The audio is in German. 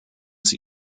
sie